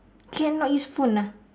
cannot use phone ah